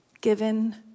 given